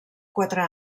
quatre